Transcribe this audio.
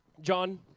John